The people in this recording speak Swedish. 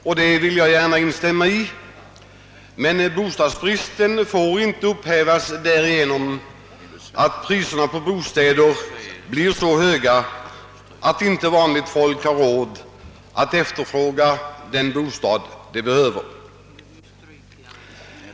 Däri instämmer jag självfallet. Men bostadsbristen får inte upphävas på grund av att priserna på bostäder blir så höga att vanligt folk inte har råd att skaffa sig den bostad de behöver.